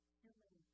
human